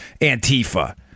Antifa